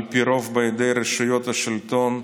על פי רוב בידי רשויות השלטון,